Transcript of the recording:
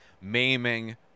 maiming